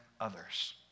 others